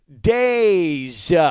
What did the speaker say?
days